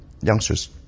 Youngsters